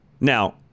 Now